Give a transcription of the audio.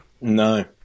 no